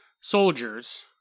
soldiers